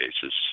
cases